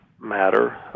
matter